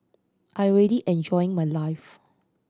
I'm ready enjoying my life